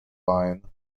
line